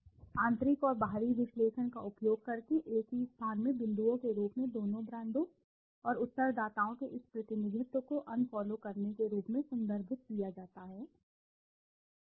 आंतरिक और बाहरी विश्लेषण का उपयोग करके एक ही स्थान में बिंदुओं के रूप में दोनों ब्रांडों और उत्तरदाताओं के इस प्रतिनिधित्व को अनफॉलो करने के रूप में संदर्भित किया जाता है जो मुझे लगता है हमें इसमें नहीं आने देना चाहिए